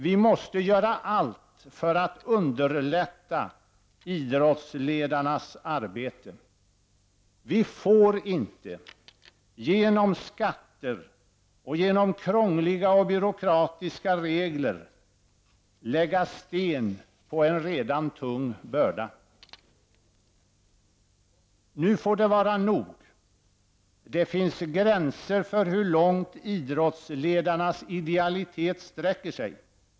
Vi måste göra allt för att underlätta idrottsledarnas arbete. Vi får inte genom skatter och genom krångliga och byråkratiska regler lägga sten på en redan tung börda. ”Nu får det vara nog. Det finns gränser för hur långt idrottsledarnas idealitet sträcker sig.